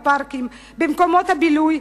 בפארקים ובמקומות הבילוי,